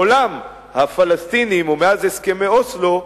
מעולם הפלסטינים, או מאז הסכמי אוסלו,